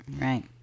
right